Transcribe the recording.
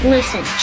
Listen